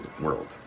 world